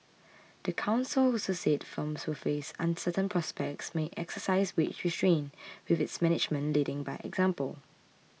the council also said firms who face uncertain prospects may exercise wage restraint with its management leading by example